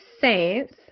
Saints